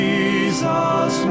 Jesus